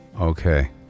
Okay